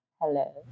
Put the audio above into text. hello